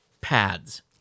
pads